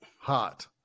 hot